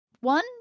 one